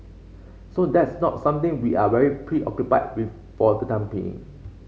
so that's not something we are very preoccupied with for the time being